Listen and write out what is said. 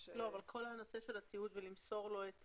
כל הנושא של התיעוד ולמסור לו.